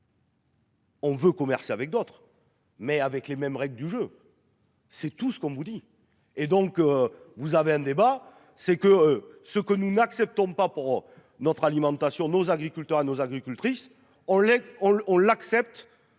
On veut commercer avec d'autres. Mais avec les mêmes règles du jeu. C'est tout ce qu'on vous dit. Et donc vous avez un débat, c'est que ce que nous n'acceptons pas pour notre alimentation nos agriculteurs à nos agricultrices on les